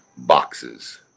boxes